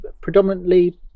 predominantly